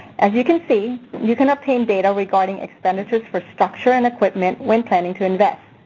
as you can see, you can obtain data regarding expenditures for structure and equipment when planning to invest.